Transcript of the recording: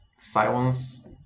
silence